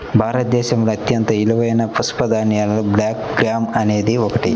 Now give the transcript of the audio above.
భారతదేశంలో అత్యంత విలువైన పప్పుధాన్యాలలో బ్లాక్ గ్రామ్ అనేది ఒకటి